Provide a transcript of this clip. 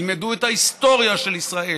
ילמדו את ההיסטוריה של ישראל,